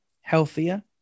healthier